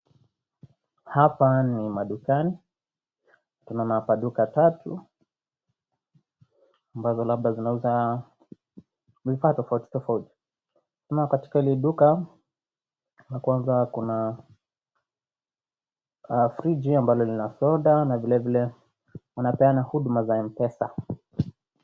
Hapa ni madukani, kuna apa maduka tatu, ambazo labda zinauza vifaa tofauti tofauti, kama katika hili duka la kwanza kuna friji ambalo lina soda na vilevile wanapeana huduma za M-pesa.